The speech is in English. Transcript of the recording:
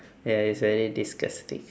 ya it's very disgusting